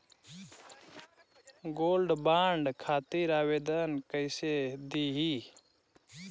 Gold bond खातिर आवेदन कैसे दिही?